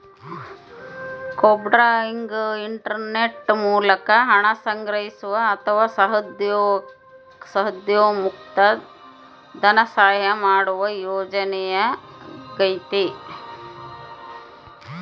crowdfunding internet ಮೂಲಕ ಹಣ ಸಂಗ್ರಹಿಸುವ ಅಥವಾ ಸಾಹಸೋದ್ಯಮುಕ್ಕ ಧನಸಹಾಯ ಮಾಡುವ ಯೋಜನೆಯಾಗೈತಿ